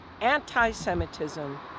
anti-semitism